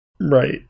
Right